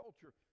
culture